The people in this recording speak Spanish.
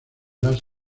las